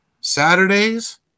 Saturdays